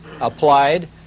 applied